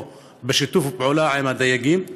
או בשיתוף פעולה עם הדייגים?